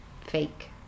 fake